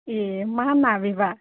ए मा ना बेबा